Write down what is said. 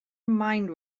mind